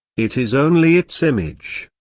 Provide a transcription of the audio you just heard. it is only its image,